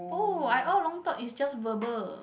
oh I along thought it's just verbal